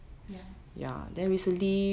ya